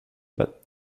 bath